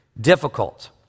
difficult